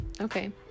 Okay